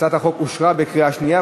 הצעת החוק אושרה בקריאה שנייה.